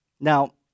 Now